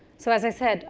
so as i said,